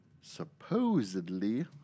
supposedly